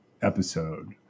episode